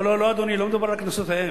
לא לא לא, אדוני, לא מדובר על הקנסות ההם.